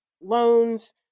loans